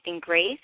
Grace